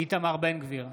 איתמר בן גביר,